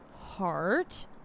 heart